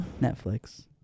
Netflix